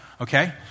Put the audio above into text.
okay